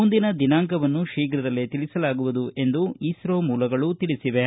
ಮುಂದಿನ ದಿನಾಂಕವನ್ನು ಶೀಘ್ರದಲ್ಲೇ ತಿಳಿಸಲಾಗುವುದು ಎಂದು ಇಸ್ತೋ ಮೂಲಗಳು ತಿಳಿಸಿವೆ